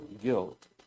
guilt